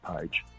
page